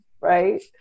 right